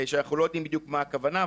אנחנו לא יודעים בדיוק מה הכוונה,